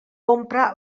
compra